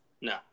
No